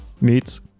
meets